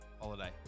Holiday